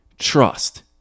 trust